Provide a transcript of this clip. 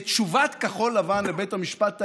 את תשובת כחול לבן לבית המשפט העליון,